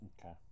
Okay